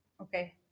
okay